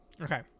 Okay